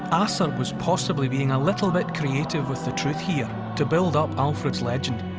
um asser was possibly being a little bit creative with the truth here to build up alfred's legend.